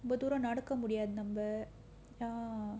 ரொம்ப தூரம் நடக்க முடியாது நம்ம:romba thooram nadakka mudiyaathu namma ah